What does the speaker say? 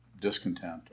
discontent